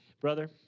brother